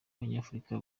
abanyafurika